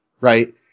Right